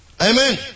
Amen